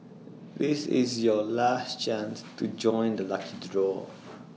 this is your last chance to join the lucky draw